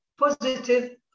positive